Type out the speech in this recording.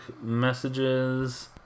messages